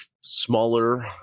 smaller